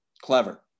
clever